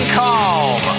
calm